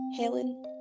Helen